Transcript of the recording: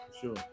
Sure